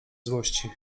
złości